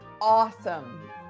awesome